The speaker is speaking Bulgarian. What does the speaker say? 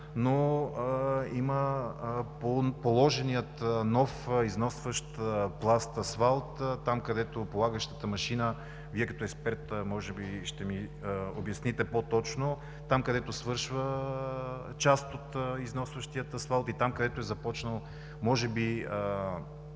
но положеният нов износващ пласт асфалт там, където полагащата машина, Вие като експерт може би ще ми обясните по-точно, там, където свършва част от износващия асфалт и там, където е започнала може би